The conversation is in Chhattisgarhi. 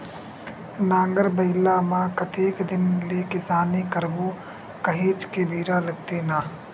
नांगर बइला म कतेक दिन ले किसानी करबो काहेच के बेरा लगथे न